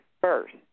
first